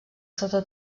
sota